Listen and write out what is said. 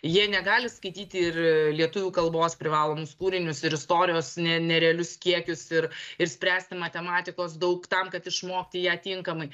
jie negali skaityti ir lietuvių kalbos privalomus kūrinius ir istorijos ne nerealius kiekius ir ir spręsti matematikos daug tam kad išmokti ją tinkamai